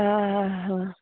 आं हा हा